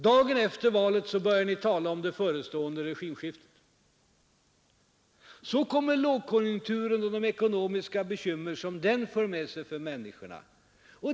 Dagen efter valet började ni tala om det förestående regimskiftet. Så kommer lågkonjunkturen och de ekonomiska bekymmer den drar med sig för människorna.